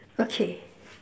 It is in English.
okay